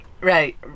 Right